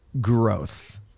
growth